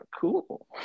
cool